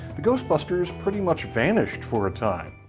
the ghost busters pretty much vanished for a time.